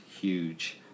huge